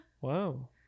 Wow